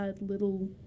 little